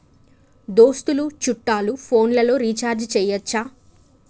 దోస్తులు చుట్టాలు ఫోన్లలో రీఛార్జి చేయచ్చా?